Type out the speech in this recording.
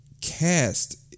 cast